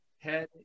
head